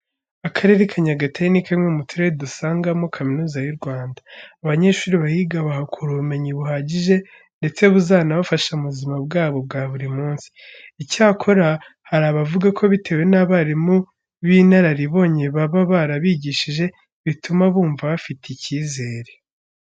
Akarere ka Nyagatare ni kamwe mu turere dusangamo Kaminuza y'u Rwanda. Abanyeshuri bahiga bahakura ubumenyi buhagije, ndetse buzanabafasha mu buzima bwabo bwa buri munsi. Icyakora hari abavuga ko bitewe n'abarimu b'inararibonye baba barabigishije bituma bumva bafite icyizere.